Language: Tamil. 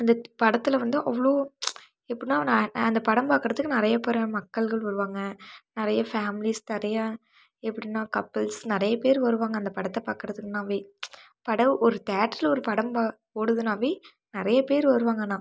அந்த படத்தில் வந்து அவ்வளோ எப்புடினா நான் நான் இந்த படம் பார்க்கறதுக்கு நிறைய பேரான மக்கள்கள் வருவாங்க நிறைய ஃபேமிலிஸ் நிறைய எப்படினா கப்புல்ஸ் நிறைய பேரு வருவாங்க அந்த படத்தை பார்க்குறதுக்குனாவே பட ஒரு தேட்டரில் ஒரு படம் பா ஓடுதுன்னாவே நிறைய பேரு வருவாங்க ஆனால்